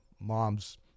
mom's